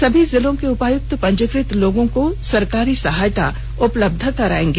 सभी जिलों के उपायुक्त पंजीकृत लोगों को सरकारी सहायता उपलब्ध कराएगी